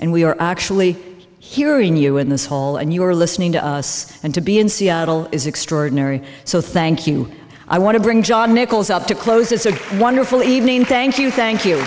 and we are actually hearing you in this hall and you are listening to us and to be in seattle is extraordinary so thank you i want to bring john nichols out to close it's a wonderful evening thank you thank you